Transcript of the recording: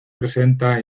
presenta